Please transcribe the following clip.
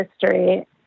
history